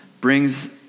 brings